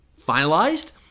finalized